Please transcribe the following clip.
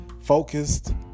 focused